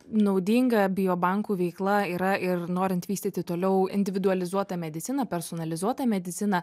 naudinga bio bankų veikla yra ir norint vystyti toliau individualizuotą mediciną personalizuotą mediciną